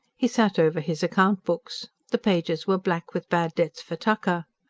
he sat over his account-books. the pages were black with bad debts for tucker.